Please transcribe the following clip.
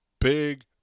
Big